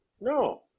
no